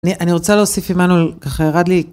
אני רוצה להוסיף עמנואל, ככה ירד לי.